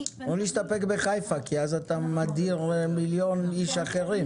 כי אז אתה מדיר מיליון איש אחרים.